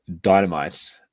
dynamite